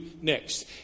next